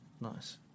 Nice